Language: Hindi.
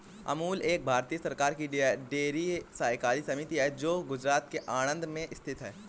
अमूल एक भारतीय सरकार की डेयरी सहकारी समिति है जो गुजरात के आणंद में स्थित है